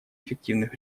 эффективных